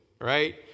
right